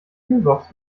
kühlbox